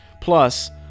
Plus